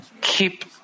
keep